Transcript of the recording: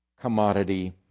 commodity